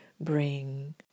bring